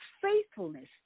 faithfulness